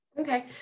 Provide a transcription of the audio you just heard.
Okay